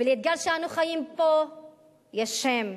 ולאתגר שאנו חיים פה יש שם,